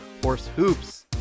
horsehoops